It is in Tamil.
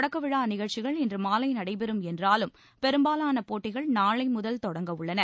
தொடக்க விழா நிகழ்ச்சிகள் இன்று மாலை நடைபெறும் என்றாலும் பெரும்பாலான போட்டிகள் நாளை முதல் தொடங்கவுள்ளன